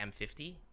m50